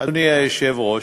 אדוני היושב-ראש,